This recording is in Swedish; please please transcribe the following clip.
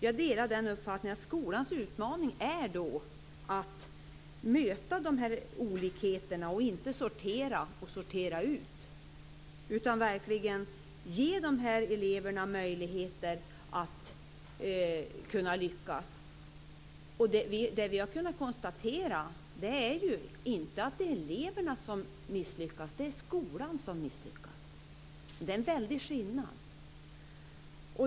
Jag delar uppfattningen att skolans utmaning är att möta olikheterna och inte sortera ut. Eleverna ska verkligen ges möjligheter att kunna lyckas. Vi har konstaterat att det inte är eleverna som misslyckas, utan det är skolan som misslyckas. Det är en väldig skillnad.